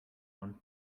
one